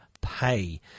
Pay